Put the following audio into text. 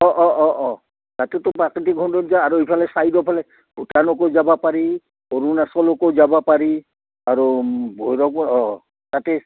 অঁ অঁ অঁ অঁ তাতেতো প্ৰাকৃতিক সৌন্দৰ্য আৰু এইফালে ছাইডৰফালে ভূটানকো যাবা পাৰি অৰুণাচলকো যাবা পাৰি আৰু ভৈৰৱ অঁ তাতে